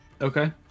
Okay